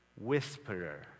whisperer